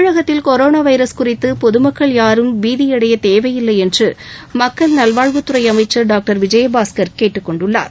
தமிழகத்தில் corona virus குறித்து பொதுமக்கள் யாரும் பீதியடையத் தேவையில்லை என்று மக்கள் நல்வாழ்வுத் துறை அமைச்சர் டாக்டர் விஜயபாஸ்கர் கேட்டுக் கொண்டுள்ளார்